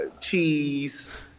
cheese